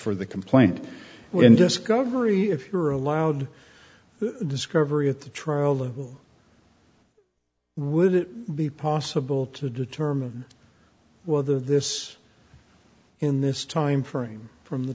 for the complaint when discovery if you're allowed discovery at the trial level would it be possible to determine whether this in this timeframe from the